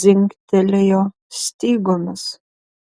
dzingtelėjo stygomis